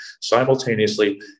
simultaneously